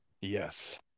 Yes